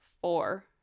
four